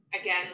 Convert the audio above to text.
again